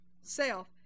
self